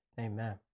Amen